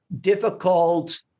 difficult